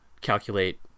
calculate